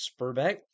Spurbeck